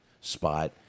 spot